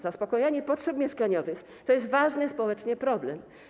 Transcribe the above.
Zaspokajanie potrzeb mieszkaniowych to ważny społecznie problem.